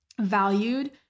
valued